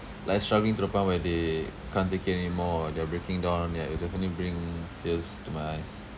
like struggling to the point where they can't take it anymore ah they're breaking down yeah it'll definitely bring tears to my eyes